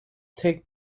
take